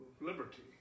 liberty